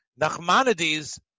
Nachmanides